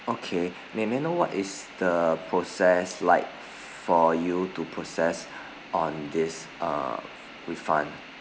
okay may may I know what is the process like for you to process on this uh refund